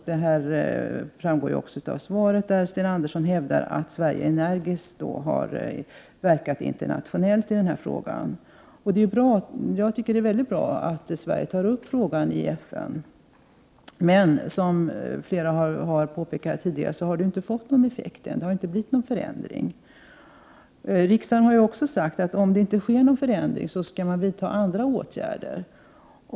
Det framgår också av svaret, där Sten Andersson hävdar att Sverige energiskt har verkat internationellt i denna fråga. Jag tycker att det är mycket bra att Sverige tar upp frågan i FN, men, som flera har påpekat här tidigare, detta har ännu inte fått någon effekt. Det har inte blivit någon förändring. Riksdagen har också uttalat att om det inte sker någon förändring, skall man vidta andra åtgärder.